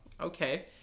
okay